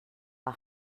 war